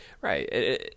Right